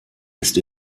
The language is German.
ist